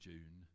June